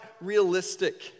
realistic